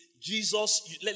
Jesus